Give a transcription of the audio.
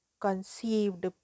conceived